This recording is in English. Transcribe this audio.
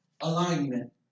alignment